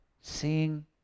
seeing